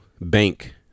bank